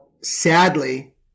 sadly